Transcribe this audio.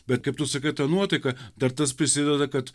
bet kaip tu sakai ta nuotaika dar tas prisideda kad